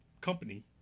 company